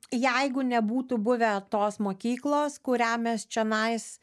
jeigu nebūtų buvę tos mokyklos kurią mes čionais